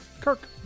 Kirk